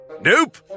Nope